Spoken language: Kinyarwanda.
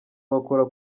bakora